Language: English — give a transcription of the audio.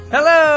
Hello